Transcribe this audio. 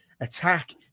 attack